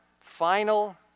final